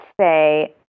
say